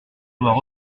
doit